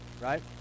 right